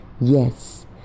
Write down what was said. Yes